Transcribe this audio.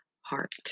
heart